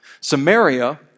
Samaria